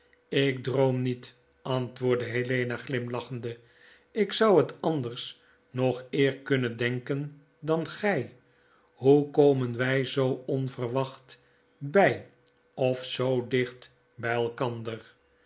lk droom niet antwoordde helena glimlachende lk zou het anders nog eer kunnen denken dan gij hoe komen wy zoo onverwacht by of zoo dicht by elkander